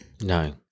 No